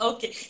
Okay